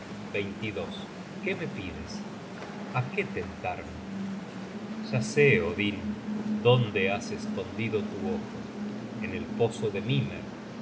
qué me pides a qué tentarme ya sé odin dónde has escondido tu ojo en el pozo de mimer